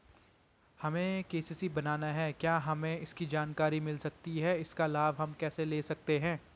हमें के.सी.सी बनाना है क्या हमें इसकी जानकारी मिल सकती है इसका लाभ हम कैसे ले सकते हैं?